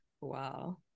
Wow